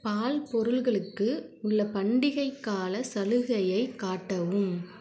பால் பொருட்களுக்கு உள்ள பண்டிகைக் காலச் சலுகையை காட்டவும்